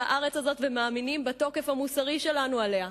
הארץ הזאת ומאמינים בתוקף המוסרי שלנו עליה.